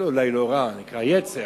אולי לא רע, נקרא לו "יצר",